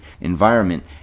environment